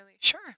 sure